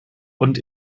und